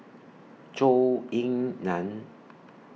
Zhou Ying NAN